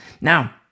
Now